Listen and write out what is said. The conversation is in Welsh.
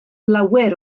lawer